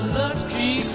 lucky